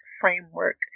framework